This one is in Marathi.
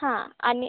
हा आणि